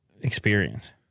experience